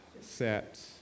set